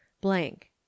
blank